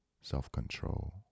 self-control